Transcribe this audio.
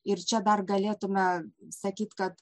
ir čia dar galėtume sakyt kad